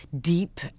deep